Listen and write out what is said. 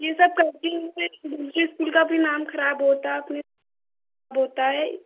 यह सब करते हुए मुझे स्कूल का भी नाम ख़राब होता है अपने होता है